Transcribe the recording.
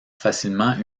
facilement